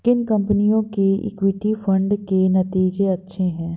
किन कंपनियों के इक्विटी फंड के नतीजे अच्छे हैं?